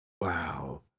Wow